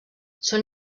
són